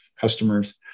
customers